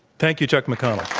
thank you, chuck mcconnell.